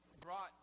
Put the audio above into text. brought